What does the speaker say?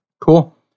Cool